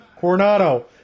Coronado